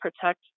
protect